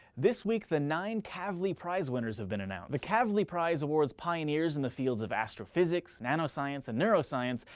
this week the nine kavli prize winners have been announced. the kavli prize awards pioneers in the fields of astrophysics, nanoscience, and neuroscience,